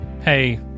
Hey